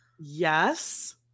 Yes